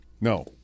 no